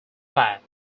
path